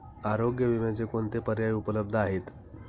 आरोग्य विम्याचे कोणते पर्याय उपलब्ध आहेत?